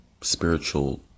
Spiritual